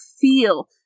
feel